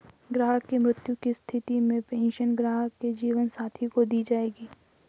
ग्राहक की मृत्यु की स्थिति में पेंशन ग्राहक के जीवन साथी को दी जायेगी